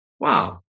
Wow